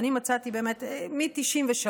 אני מצאתי באמת מ-1993,